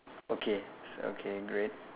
okay s~ okay great